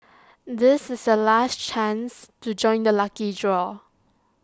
this is the last chance to join the lucky draw